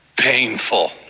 painful